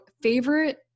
favorite